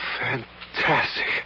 fantastic